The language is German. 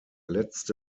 letzte